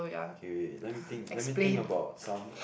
okay wait wait let me think let me think about some